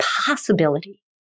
possibility